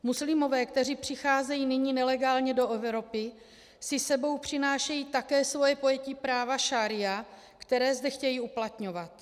Muslimové, kteří přicházejí nyní nelegálně do Evropy, si s sebou přinášejí také svoje pojetí práva šaría, které zde chtějí uplatňovat.